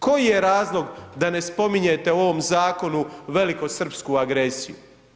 Koji je razlog da ne spominjete u ovom zakonu velikosrpsku agresiju?